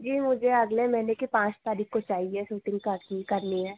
जी मुझे अगले महीने की पाँच तारीख को चाहिए सूटिंग करनी है